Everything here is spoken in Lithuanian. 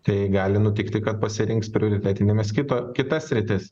tai gali nutikti kad pasirinks prioritetinėmis kito kitas sritis